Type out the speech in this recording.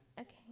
Okay